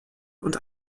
und